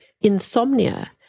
insomnia